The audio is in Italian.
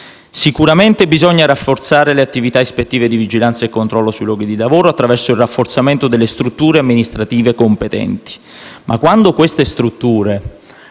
Sicuramente bisogna rafforzare le attività ispettive di vigilanza e controllo sui luoghi di lavoro attraverso il rafforzamento delle strutture amministrative competenti, ma quando queste strutture